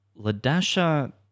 Ladasha